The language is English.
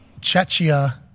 Chechia